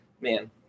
man